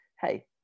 hey